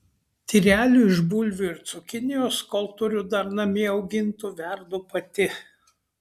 tyrelių iš bulvių ir cukinijos kol turiu dar namie augintų verdu pati